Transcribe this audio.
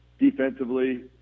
defensively